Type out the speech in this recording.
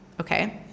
Okay